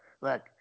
look